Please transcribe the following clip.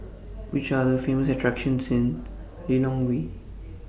Which Are The Famous attractions in Lilongwe